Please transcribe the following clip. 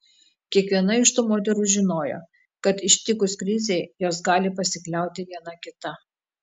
kiekviena iš tų moterų žinojo kad ištikus krizei jos gali pasikliauti viena kita